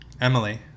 Emily